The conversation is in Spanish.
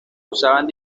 usaban